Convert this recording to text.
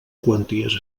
quanties